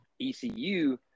ECU